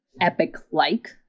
epic-like